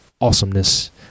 awesomeness